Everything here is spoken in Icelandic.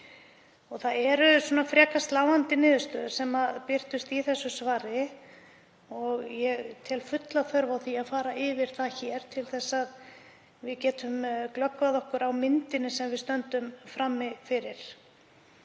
Það eru frekar sláandi niðurstöður sem birtast í þessu svari og ég tel fulla þörf á því að fara yfir það hér til þess að við getum glöggvað okkur á myndinni sem við stöndum frammi fyrir.